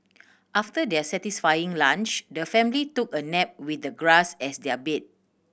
after their satisfying lunch the family took a nap with the grass as their bed